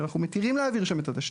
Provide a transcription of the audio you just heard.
שאנחנו מתירים להעביר שם את התשתית.